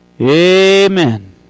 Amen